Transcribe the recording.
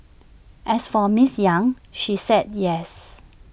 as for Ms yang she said yes